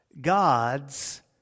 God's